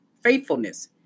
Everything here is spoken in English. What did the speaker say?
faithfulness